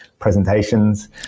presentations